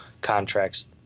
contracts